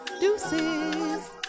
deuces